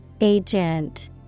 Agent